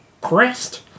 crest